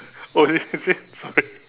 oh this is it sorry